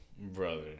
brother